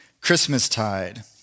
Christmastide